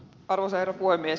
arvoisa herra puhemies